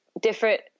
different